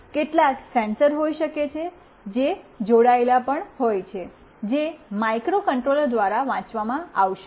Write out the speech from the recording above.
કેટલાક સેન્સર હોઈ શકે છે જે જોડાયેલ પણ છે જે માઇક્રોકન્ટ્રોલર દ્વારા વાંચવામાં આવશે